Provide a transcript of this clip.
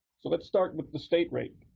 so let's start with the state rate.